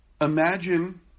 Imagine